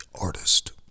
artist